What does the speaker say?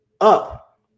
up